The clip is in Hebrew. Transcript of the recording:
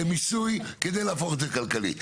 מיסוי כדי להפוך את זה כלכלי.